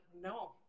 no